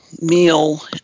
meal